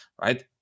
right